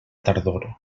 tardor